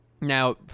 Now